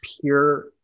pure